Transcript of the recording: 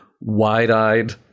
wide-eyed